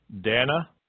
Dana